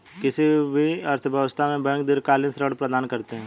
किसी भी अर्थव्यवस्था में बैंक दीर्घकालिक ऋण प्रदान करते हैं